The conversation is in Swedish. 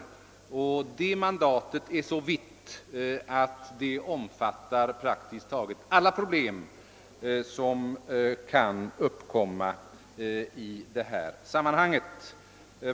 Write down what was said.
Kommitténs mandat är sådant att det omfattar praktiskt taget alla problem som kan uppkomma i detta sammanhang.